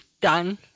done